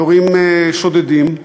יורים שודדים,